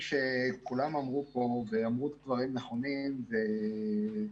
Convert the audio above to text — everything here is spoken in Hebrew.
ההזדמנות, אמרו פה דברים נכונים וכואבים,